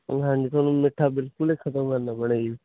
ਹਾਂਜੀ ਤੁਹਾਨੂੰ ਮਿੱਠਾ ਬਿਲਕੁਲ ਹੀ ਖ਼ਤਮ ਕਰਨਾ ਪੈਣਾ ਜੀ